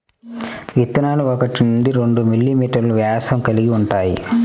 విత్తనాలు ఒకటి నుండి రెండు మిల్లీమీటర్లు వ్యాసం కలిగి ఉంటాయి